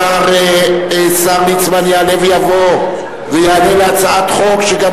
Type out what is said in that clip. השר ליצמן יעלה ויבוא ויענה על הצעת חוק שגם